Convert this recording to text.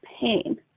pain